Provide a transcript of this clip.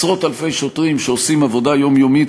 של טכנולוגיה,